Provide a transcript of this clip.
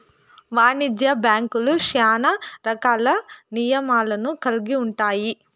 వాణిజ్య బ్యాంక్యులు శ్యానా రకాల నియమాలను కల్గి ఉంటాయి